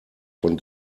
von